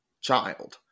child